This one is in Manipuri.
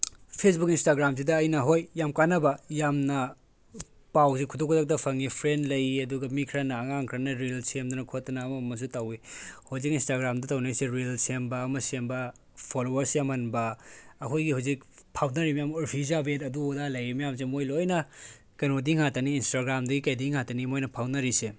ꯐꯦꯁꯕꯨꯛ ꯏꯟꯁꯇꯥꯒ꯭ꯔꯥꯝꯁꯤꯗ ꯑꯩꯅ ꯍꯣꯏ ꯌꯥꯝ ꯀꯥꯟꯅꯕ ꯌꯥꯝꯅ ꯄꯥꯎꯁꯦ ꯈꯨꯗꯛ ꯈꯨꯗꯛꯇ ꯐꯪꯉꯤ ꯐ꯭ꯔꯦꯟ ꯂꯩꯌꯦ ꯑꯗꯨꯒ ꯃꯤ ꯈꯔꯅ ꯑꯉꯥꯡ ꯈꯔꯅ ꯔꯤꯜꯁ ꯁꯦꯝꯗꯅ ꯈꯣꯠꯇꯅ ꯑꯃ ꯑꯃꯁꯨ ꯇꯧꯋꯤ ꯍꯧꯖꯤꯛ ꯏꯟꯁꯇꯥꯒ꯭ꯔꯥꯝꯗ ꯇꯧꯅꯔꯤꯁꯦ ꯔꯤꯜꯁ ꯁꯦꯝꯕ ꯑꯃ ꯁꯦꯝꯕ ꯐꯣꯂꯣꯋꯔꯁ ꯌꯥꯝꯍꯟꯕ ꯑꯩꯈꯣꯏꯒꯤ ꯍꯧꯖꯤꯛ ꯐꯥꯎꯅꯔꯤꯕ ꯃꯌꯥꯝ ꯎꯔꯐꯤ ꯖꯥꯕꯦꯠ ꯑꯗꯨ ꯑꯗꯥ ꯂꯩꯔꯤ ꯃꯌꯥꯝꯁꯦ ꯃꯣꯏ ꯂꯣꯏꯅ ꯀꯩꯅꯣꯗꯒꯤ ꯉꯥꯡꯇꯅꯤ ꯏꯟꯁꯇꯥꯒ꯭ꯔꯥꯝꯗꯒꯤ ꯀꯩꯗꯒꯤ ꯉꯥꯡꯇꯅꯤ ꯃꯣꯏꯅ ꯐꯥꯎꯅꯔꯤꯁꯦ